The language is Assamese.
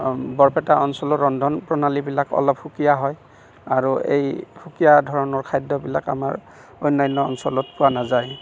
বৰপেটা অঞ্চলৰ ৰন্ধন প্ৰণালীবিলাক অলপ সুকীয়া হয় আৰু এই সুকীয়া ধৰণৰ খাদ্যবিলাক আমাৰ অন্যান্য অঞ্চলত পোৱা নাযায়